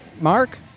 Mark